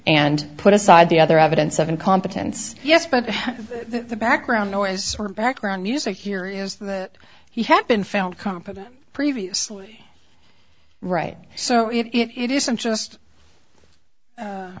and put aside the other evidence of incompetence yes but the background noise or background music here is that he had been found competent previously right so it isn't just